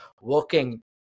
working